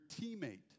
teammate